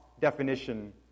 definition